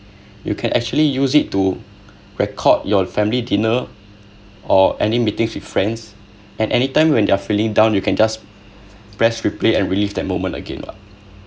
you can actually use it to record your family dinner or any meetings with friends and anytime when you are feeling down you can just press replay and relive that moment again what